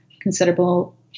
considerable